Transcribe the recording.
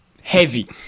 Heavy